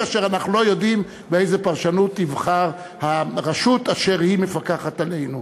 כאשר אנחנו לא יודעים באיזה פרשנות תבחר הרשות אשר היא מפקחת עלינו.